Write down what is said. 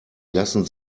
lassen